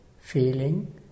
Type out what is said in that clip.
feeling